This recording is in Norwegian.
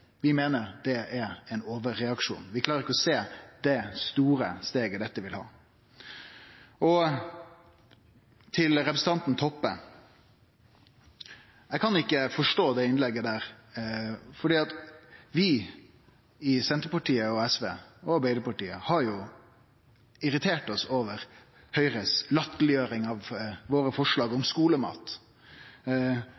Vi meiner det er ein overreaksjon, vi klarer ikkje å sjå det store steget dette vil vere. Til representanten Toppe: Eg kan ikkje forstå det innlegget, for vi – i Senterpartiet, SV og Arbeidarpartiet – har jo irritert oss over Høgres latterleggjering av forslaga våre om